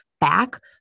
back